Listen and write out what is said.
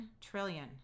trillion